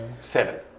Seven